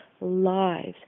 lives